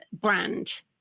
brand